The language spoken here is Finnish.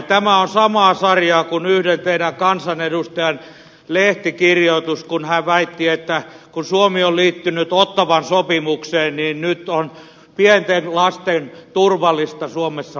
tämä on samaa sarjaa kuin yhden teidän kansanedustajanne lehtikirjoitus kun hän väitti että kun suomi on liittynyt ottawan sopimukseen niin nyt on pienten lasten turvallista suomessa mennä kouluun